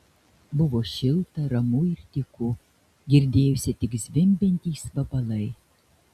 buvo šilta ramu ir tyku girdėjosi tik zvimbiantys vabalai